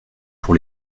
pour